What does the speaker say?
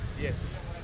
Yes